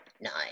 Nine